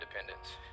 independence